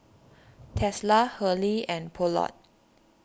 Tesla Hurley and Poulet